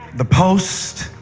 the post,